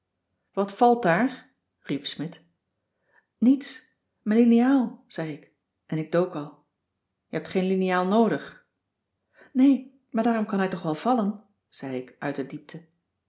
wat valt daar riep smidt niets mijn liniaal zei ik en ik dook al je hebt geen liniaal noodig nee maar daarom kan hij toch wel vallen zei ik uit de diepte